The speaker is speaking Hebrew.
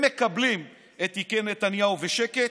הם מקבלים את תיקי נתניהו בשקט,